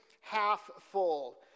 half-full